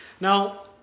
Now